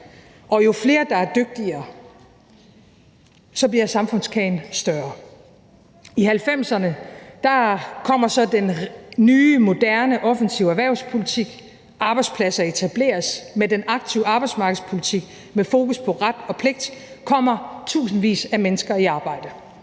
og jo flere der er dygtigere, jo større bliver samfundskagen. I 1990'erne kommer så den nye, moderne offensive erhvervspolitik, arbejdspladser etableres, og med den aktive arbejdsmarkedspolitik med fokus på ret og pligt kommer tusindvis af mennesker i arbejde,